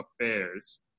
affairs